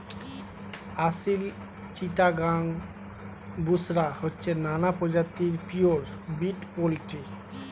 আসিল, চিটাগাং, বুশরা হচ্ছে নানা প্রজাতির পিওর ব্রিড পোল্ট্রি